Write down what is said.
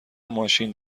ماشین